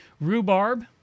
Rhubarb